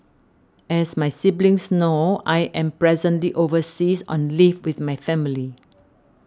as my siblings know I am presently overseas on leave with my family